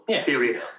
theory